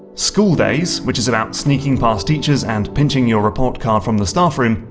skool daze, which is about sneaking past teachers and pinching your report card from the staff room,